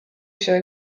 się